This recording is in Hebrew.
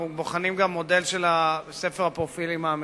אנחנו בוחנים גם מודל של ספר הפרופילים האמריקני.